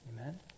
Amen